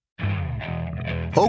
Okay